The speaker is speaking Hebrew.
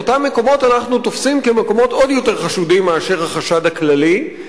את אותם מקומות אנחנו תופסים כמקומות עוד יותר חשודים מאשר החשד הכללי,